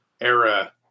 era